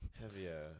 Heavier